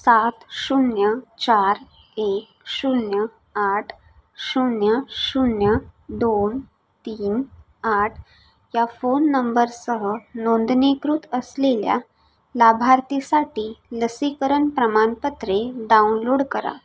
सात शून्य चार एक शून्य आठ शून्य शून्य दोन तीन आठ या फोन नंबरसह नोंदणीकृत असलेल्या लाभार्थीसाठी लसीकरण प्रमाणपत्रे डाउनलोड करा